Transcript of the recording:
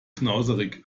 knauserig